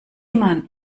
mann